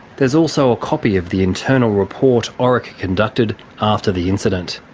there's also a copy of the internal report orica conducted after the incident.